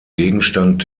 gegenstand